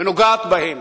ונוגעת בהם